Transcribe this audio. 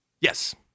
Yes